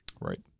Right